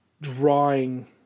drawing